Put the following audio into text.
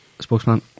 Spokesman